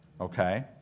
okay